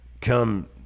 come